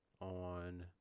on